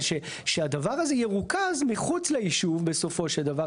אבל שהדבר הזה ירוכז מחוץ לישוב בסופו של דבר.